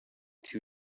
too